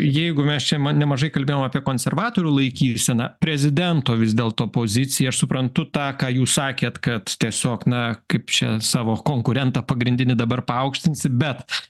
jeigu mes čia man nemažai kalbėjom apie konservatorių laikyseną prezidento vis dėlto pozicija aš suprantu tą ką jūs sakėt kad tiesiog na kaip čia savo konkurentą pagrindinį dabar paaukštinsi bet